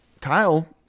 Kyle